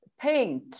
paint